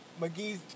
McGee's